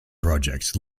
projects